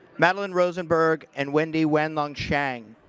madelyn rosenberg and wendy wan-long shang.